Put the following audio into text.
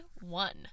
one